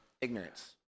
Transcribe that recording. Ignorance